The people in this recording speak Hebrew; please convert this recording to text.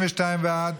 32 בעד,